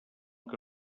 que